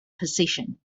position